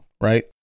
right